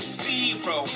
zero